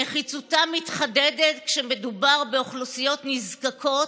נחיצותם מתחדדת כשמדובר באוכלוסיות נזקקות,